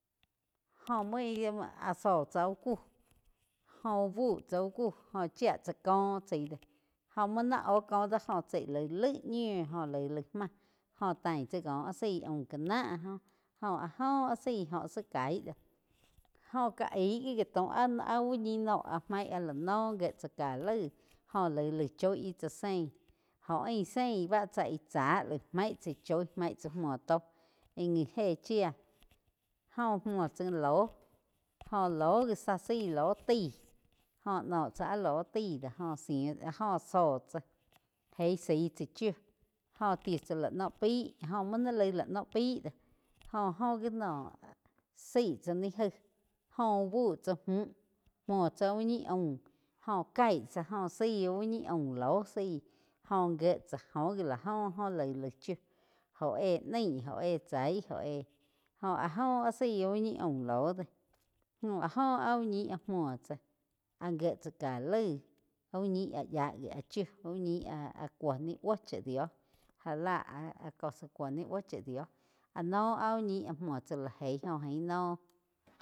Jo mui ih zó tsá uh kuh jó úh bu tsá úh ku joh chía tsá koh chaí doh joh múo nai óh koh do jo chai laig-laig ñiu, joh laig, laig máh. Oh tain tsá koh áh zaí aaum ká náh joh áh jo áh zaí óh zá kaíh do jó ka íg gi ji taum áh úh ñi noh, maig áh la noh gír tsá ká laig jo laig, laig choi íh tsá sein jó ain zein bá chá íh tsá laig main chá choi main cha múo tó íh ngi éh chía jóh múo tsá loh joh loh gi zá zaí loh taí oh noh chá áh loh tai jo zí jo zóh zóh tsá eig zaí chá chiu jóh ti tsá la noh pai joh muo naí laig la noh pái do joh oh gi noh zaig tsá ni jaig jóh úh búh tsá múh múo tsá úh ñi aum jo caig tsá jo zaí úh ñi aum lóh zaí joh gie tsá joh gi la joh óh laig chiu jo éh naí jo éh chai jó éh joh áh joh áh zaí uh ñi aum loh do. Joh áh joh úh ñi áh múo tsá áh gié tsá ka laig úh ñi áh yá gi áh chiu úh ñi áh cúo ni buo cha dio já la áh cosa cuo ni búo cha dio áh no áh úh ñi muo tsá la jeí jo ain noh.